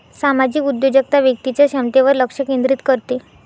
सामाजिक उद्योजकता व्यक्तीच्या क्षमतेवर लक्ष केंद्रित करते